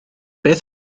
beth